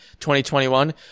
2021